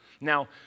Now